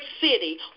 city